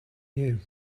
you